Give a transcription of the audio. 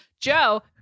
Joe